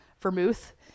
vermouth